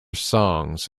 songs